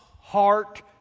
heart